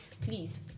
Please